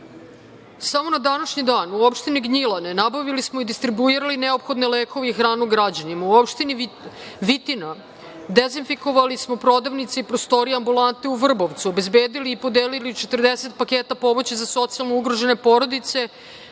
Samo na današnji dan: u opštini Gnjilane nabavili smo i distribuirali neophodne lekove i hranu građanima; u opštini Vitina dezinfikovali smo prodavnice i prostorije ambulante u Vrbovcu, obezbedili i podelili 40 paketa pomoći za socijalno ugrožene porodice,